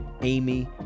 Amy